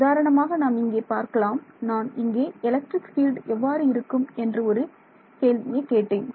உதாரணமாக நாம் இங்கே பார்க்கலாம் நான் இங்கே எலக்ட்ரிக் பீல்டு எவ்வாறு இருக்கும் என்று ஒரு கேள்வியை கேட்டேன்